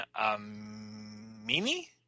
Amini